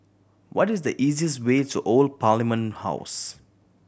what is the easiest way to Old Parliament House